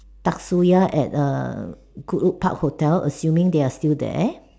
Dasuya at err Goodwood park hotel assuming they are still there